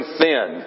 thin